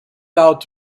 out